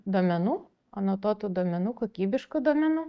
duomenų anotuotų duomenų kokybiškų duomenų